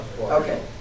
Okay